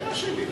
אתם אשמים.